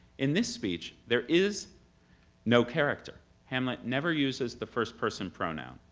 in this speech, there is no character. hamlet never uses the first person pronoun,